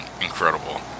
incredible